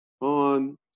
on